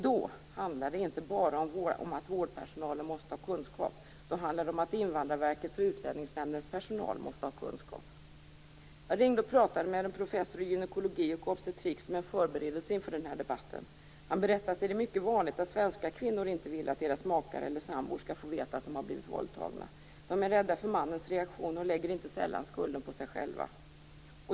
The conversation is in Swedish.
Då handlar det inte bara om att vårdpersonalen måste ha kunskap. Då handlar det om att Invandrarverkets och Utlänningsnämndens personal måste ha kunskap. Jag pratade med en professor i gynekologi och obstetrik som en förberedelse inför den här debatten. Han berättade att det är mycket vanligt att svenska kvinnor inte vill att deras makar eller sambor skall få veta att de har blivit våldtagna. De är rädda för mannens reaktion och lägger inte sällan skulden på sig själva.